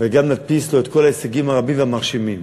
וגם להדפיס לו את כל ההישגים הרבים והמרשימים.